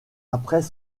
après